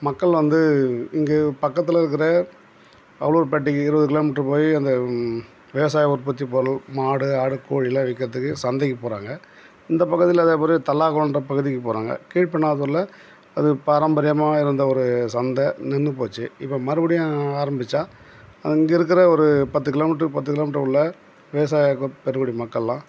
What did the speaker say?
மக்கள் வந்து இங்கே பக்கத்தில் இருக்கிற அவலூர்பேட்டைக்கு இருபது கிலோமீட்ரு போய் அந்த விவசாய உற்பத்தி பொருள் மாடு ஆடு கோழிலாம் விக்கிறத்துக்கு சந்தைக்கு போகிறாங்க இந்த பக்கத்தில் அதேமாரி தல்லாக்குளன்ற பகுதிக்கு போகிறாங்க கீழ்பென்னாத்தூரில் அது பாரம்பரியமாக இருந்த ஒரு சந்தை நின்று போச்சு இப்போ மறுபடியும் ஆரம்பித்தா அங்கே இருக்கிற ஒரு பத்து கிலோமீட்ரு பத்து கிலோமீட்டருக்கு உள்ள விவசாய பெருங்குடி மக்கள்லாம்